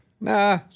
nah